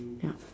ya